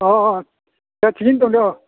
दे थिगैनो दङ